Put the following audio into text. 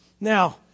Now